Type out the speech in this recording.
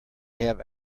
have